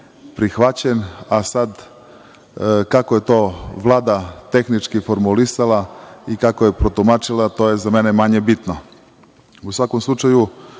prihvaćen, a sad, kako je to Vlada tehnički formulisala i kako je protumačila, to je za mene manje bitno.U svakom slučaju,